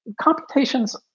computations